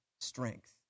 strength